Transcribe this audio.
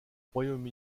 royaume